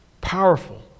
Powerful